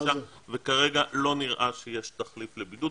וכרגע לא נראה שיש תחליף לבידוד.